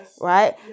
Right